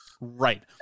right